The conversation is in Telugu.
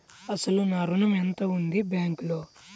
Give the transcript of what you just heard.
అసలు నా ఋణం ఎంతవుంది బ్యాంక్లో?